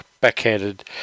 backhanded